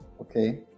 Okay